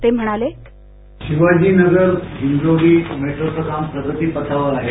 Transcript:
ते म्हणाले शिवाजीनगर हिंजवडी मेट्रोचे काम प्रगतीपथावर आहे